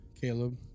Caleb